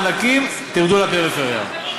היא אומרת: קחו מענקים ותרדו לפריפריה.